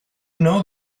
know